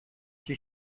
και